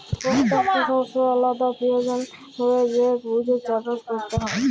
পত্যেকট শস্যের আলদা পিরয়োজন হ্যয় যেট বুঝে চাষট ক্যরতে হয়